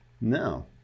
No